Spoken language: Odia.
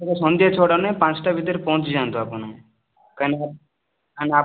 ମୋର ସନ୍ଧ୍ୟା ଛଅଟା ନୁହେଁ ପାଞ୍ଚଟା ଭିତରେ ପହଞ୍ଚିଯାନ୍ତୁ ଆପଣ କାରଣ ଆମେ ଆପଣ